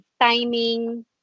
timing